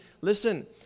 listen